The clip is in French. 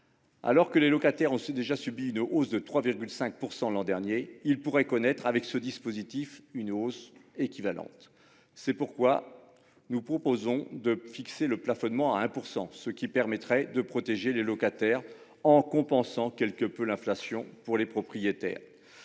Alors que les locataires ont déjà subi une hausse de 3,5 % l'an dernier, ils pourraient connaître une nouvelle hausse équivalente si ce dispositif était adopté. C'est pourquoi nous proposons de fixer le plafonnement à 1 %, ce qui permettrait de protéger les locataires en compensant quelque peu l'inflation pour les propriétaires,